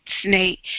snake